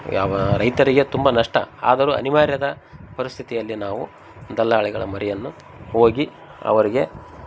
ಯಾವ ರೈತರಿಗೆ ತುಂಬ ನಷ್ಟ ಆದರೂ ಅನಿವಾರ್ಯದ ಪರಿಸ್ಥಿತಿಯಲ್ಲಿ ನಾವು ದಲ್ಲಾಳಿಗಳ ಮೊರೆಯನ್ನು ಹೋಗಿ ಅವರಿಗೆ